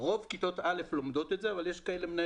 רוב כיתות א' לומדות את זה אבל יש מנהלי